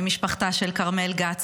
ממשפחתה של כרמל גת,